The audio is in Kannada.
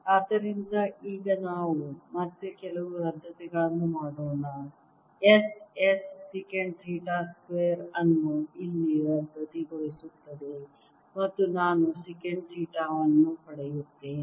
ಆದ್ದರಿಂದ ಈಗ ನಾವು ಮತ್ತೆ ಕೆಲವು ರದ್ದತಿಗಳನ್ನು ಮಾಡೋಣ S S secant theta square ಅನ್ನು ಇಲ್ಲಿ ರದ್ದುಗೊಳಿಸುತ್ತದೆ ಮತ್ತು ನಾನು ಸೆಕೆಂಟ್ ಥೀಟಾವನ್ನು ಪಡೆಯುತ್ತೇನೆ